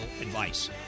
advice